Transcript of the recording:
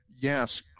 yes